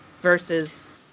Versus